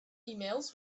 emails